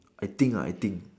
I think I think